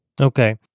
okay